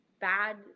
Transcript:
bad